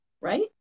right